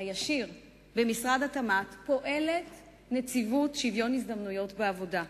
הישיר במשרד התמ"ת פועלת נציבות שוויון הזדמנויות בעבודה,